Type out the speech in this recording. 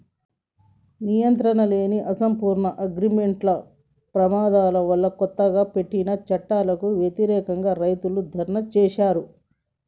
నియంత్రణలేని, అసంపూర్ణ అగ్రిమార్కెట్ల ప్రమాదాల వల్లకొత్తగా పెట్టిన చట్టాలకు వ్యతిరేకంగా, రైతులు ధర్నా చేశారు